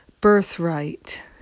birthright